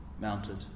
mounted